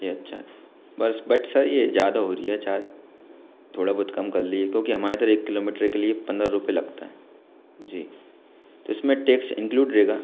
जी अच्छा बस but sir ये ज़्यादा हो रहा चार्ज थोड़ा बहुत कम कर लिए क्योंकि हमारे इधर एक किलोमीटर के लिए पंद्रह रुपये लगता है जी तो इस में टैक्स इंक्लूड रहेगा